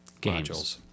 modules